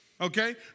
Okay